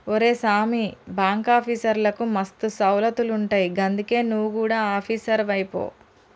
ఒరే సామీ, బాంకాఫీసర్లకు మస్తు సౌలతులుంటయ్ గందుకే నువు గుడ ఆపీసరువైపో